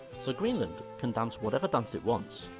so greenland can dance whatever dance it wants,